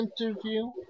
interview